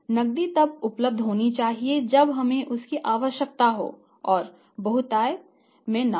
नकदी तब उपलब्ध होनी चाहिए जब हमें इसकी आवश्यकता हो और यह बहुतायत में न हो